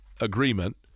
agreement